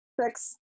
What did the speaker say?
Six